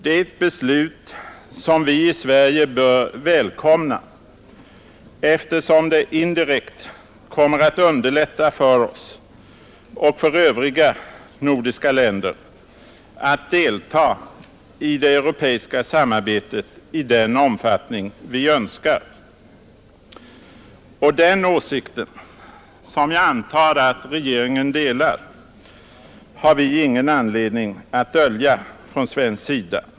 Det är ett beslut som vi i Sverige bör välkomna, eftersom det indirekt kommer att underlätta för oss och för övriga nordiska länder att delta i det europeiska samarbetet i den omfattning vi önskar. Den åsikten, som jag antar att regeringen delar, har vi ingen anledning att dölja från svensk sida.